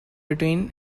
between